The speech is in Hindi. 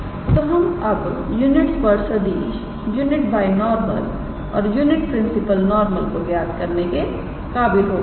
तोहम अब यूनिट स्पर्श सदिश यूनिट बाय नॉरमल और यूनिट प्रिंसिपल नॉर्मल को ज्ञात करने के काबिल हो गए हैं